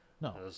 No